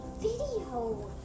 video